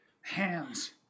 hands